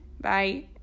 Bye